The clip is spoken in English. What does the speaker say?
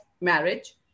marriage